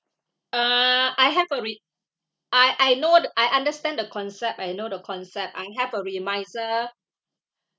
err I have a re~ I I know the I understand the concept I know the concept I have a remisier